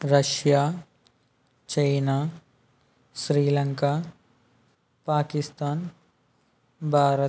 Russia China Sri Lanka Pakistan Bharat